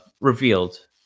revealed